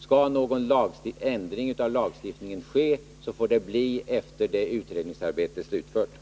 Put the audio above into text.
Skall någon ändring av lagstiftningen ske får det bli efter det att utredningsarbetet är slutfört.